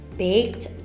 baked